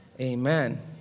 Amen